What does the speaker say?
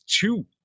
two